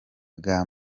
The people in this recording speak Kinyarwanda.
bwa